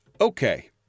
Okay